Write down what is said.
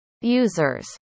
users